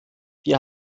wir